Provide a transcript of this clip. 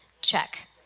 check